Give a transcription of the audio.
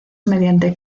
mediante